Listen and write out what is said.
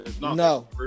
No